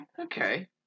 okay